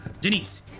Denise